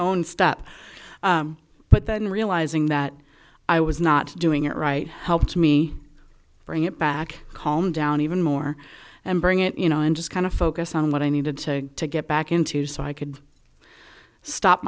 step but then realizing that i was not doing it right helped me bring it back home down even more and bring it you know and just kind of focus on what i needed to to get back into so i could stop